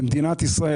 שבמדינת ישראל,